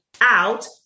out